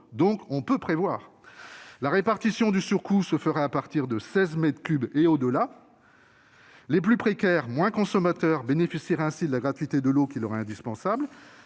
donc prévoir. La répartition du surcoût se fera à partir de seize mètres cubes et au-delà. Les plus précaires, moins consommateurs, bénéficieraient ainsi de la gratuité de l'eau qui leur est indispensable,